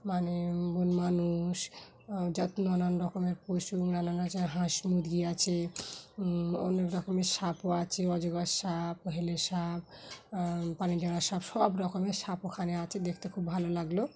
মানে বন মানুষ যা নানান রকমের পশু নানান রছে হাঁস মুুরগি আছে অনেক রকমের সাপও আছে অজগর সাপ হেলে সাপ পানি জড়ার সাপ সব রকমের সাপ ওখানে আছে দেখতে খুব ভালো লাগলো